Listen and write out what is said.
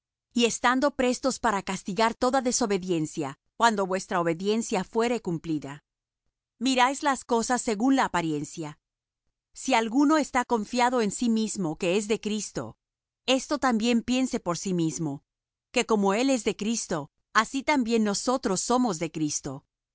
y estando prestos para castigar toda desobediencia cuando vuestra obediencia fuere cumplida miráis las cosas según la apariencia si alguno está confiado en sí mismo que es de cristo esto también piense por sí mismo que como él es de cristo así también nosotros somos de cristo